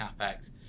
capex